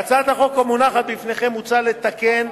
בהצעת החוק המונחת בפניכם מוצע לתקן,